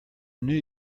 knew